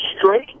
straight